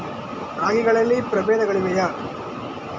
ರಾಗಿಗಳಲ್ಲಿ ಪ್ರಬೇಧಗಳಿವೆಯೇ?